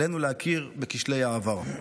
עלינו להכיר בכשלי העבר.